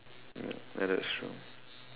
ya that that's true